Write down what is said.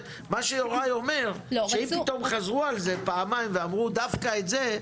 מה שיוראי אומר זה שאם פתאום חזרו על זה פעמיים ואמרו דווקא את זה,